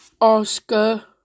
Oscar